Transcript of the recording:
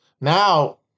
Now